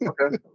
Okay